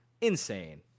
insane